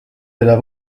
teda